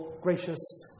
gracious